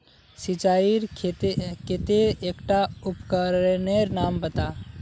सिंचाईर केते एकटा उपकरनेर नाम बता?